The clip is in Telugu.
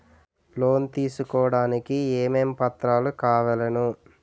లోన్ తీసుకోడానికి ఏమేం పత్రాలు కావలెను?